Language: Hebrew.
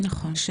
אז